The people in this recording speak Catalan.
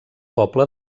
poble